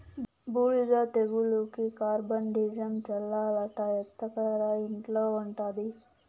బూడిద తెగులుకి కార్బండిజమ్ చల్లాలట ఎత్తకరా ఇంట్ల ఉండాది